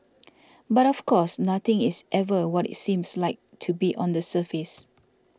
but of course nothing is ever what it seems like to be on the surface